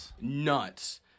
Nuts